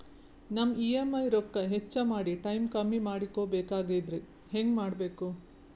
ನಮ್ಮ ಇ.ಎಂ.ಐ ರೊಕ್ಕ ಹೆಚ್ಚ ಮಾಡಿ ಟೈಮ್ ಕಮ್ಮಿ ಮಾಡಿಕೊ ಬೆಕಾಗ್ಯದ್ರಿ ಹೆಂಗ ಮಾಡಬೇಕು?